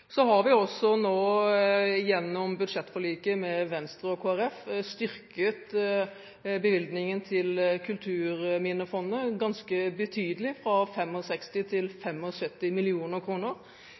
Gjennom budsjettforliket med Venstre og Kristelig Folkeparti har vi nå styrket bevilgningen til Kulturminnefondet ganske betydelig – fra 65 mill. til